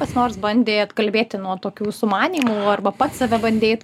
kas nors bandė atkalbėti nuo tokių sumanymų arba pats save bandei